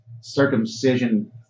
circumcision